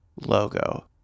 logo